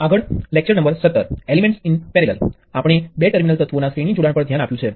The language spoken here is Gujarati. અત્યાર સુધી આપણે એલિમેન્ટો ના સમાંતર અથવા તો શ્રેણી જોડાણ પર ધ્યાન આપ્યું છે